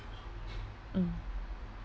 mm